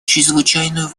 чрезвычайно